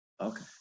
Okay